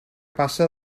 passa